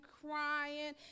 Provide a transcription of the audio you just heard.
crying